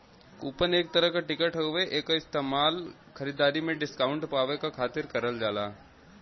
coupon एक तरह क टिकट हउवे एक इस्तेमाल खरीदारी में डिस्काउंट पावे क खातिर करल जाला